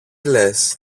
λες